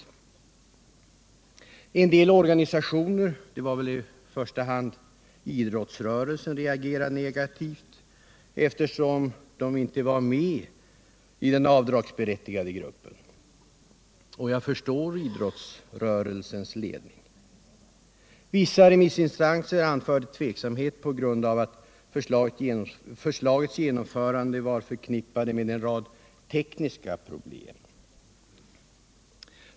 En del organisationer — det var väl i första hand idrottsrörelsen — reagerade negativt, eftersom de icke var med i den avdragsberättigade gruppen, och jag förstår idrottsrörelsens ledning. Vissa remissinstanser anförde tveksamhet på grund av att förslagets genomförande var förknippat med en rad tekniska problem.